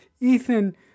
Ethan